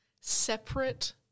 separate